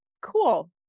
cool